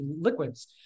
liquids